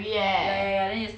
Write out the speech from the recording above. scary eh